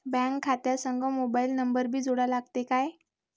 Bank खात्या संग mobile number भी जोडा लागते काय?